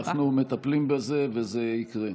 כן, אנחנו מטפלים בזה וזה יקרה.